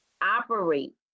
operate